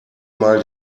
mal